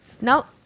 Now